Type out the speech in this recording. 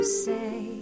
say